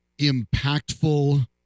impactful